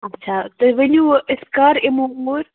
اَچھا تُہۍ ؤنۍوُ أسۍ کَر یِمو اوٗرۍ